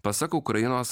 pasak ukrainos